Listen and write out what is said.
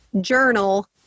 journal